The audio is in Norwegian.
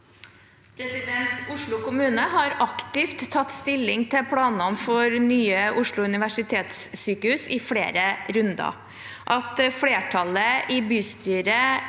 Oslo kommu- ne har aktivt tatt stilling til planene for nye Oslo universitetssykehus i flere runder. At flertallet i bystyret